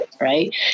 Right